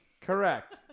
Correct